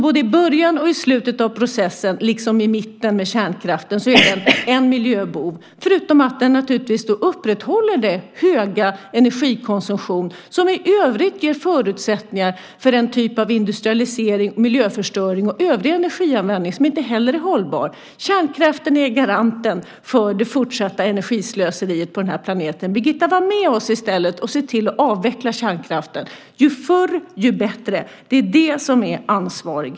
Både i början och i slutet av processen, liksom i mitten med kärnkraften, är kärnkraften alltså en miljöbov - förutom att den naturligtvis upprätthåller den höga energikonsumtion som i övrigt ger förutsättningar för den typ av industrialisering, miljöförstöring och övrig energianvändning som inte heller är hållbar. Kärnkraften är garanten för det fortsatta energislöseriet på den här planeten. Var i stället med oss, Birgitta, och se till att avveckla kärnkraften, ju förr desto bättre! Det är det som är ansvarighet.